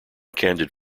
candid